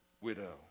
Widow